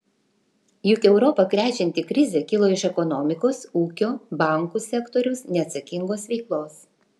juk europą krečianti krizė kilo iš ekonomikos ūkio bankų sektoriaus neatsakingos veiklos